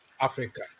Africa